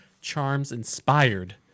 Charms-inspired